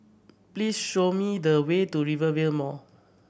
please show me the way to Rivervale Mall